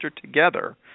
together